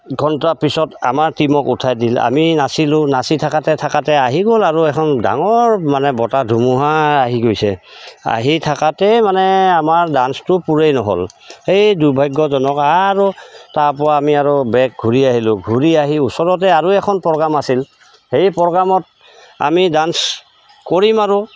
ঘণ্টাৰ পিছত আমাৰ টিমক উঠাই দিল আমি নাচছিলোঁ নাচি থাকোঁতে থাকোঁতে আহি গ'ল আৰু এখন ডাঙৰ মানে বতাহ ধুমুহা আহি গৈছে আহি থাকোঁতেই মানে আমাৰ ডান্সটো পুৰেই নহ'ল সেই দুৰ্ভাগ্যজনক আৰু তাৰপৰা আমি আৰু বেক ঘূৰি আহিলোঁ ঘূৰি আহি ওচৰতে আৰু এখন প্ৰগ্ৰাম আছিল সেই প্ৰগ্ৰামত আমি ডান্স কৰিম আৰু